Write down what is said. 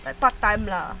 like part time lah